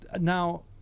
now